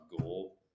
goal